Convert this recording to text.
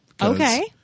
Okay